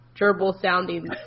gerbil-sounding